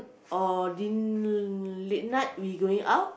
or din~ late night we going out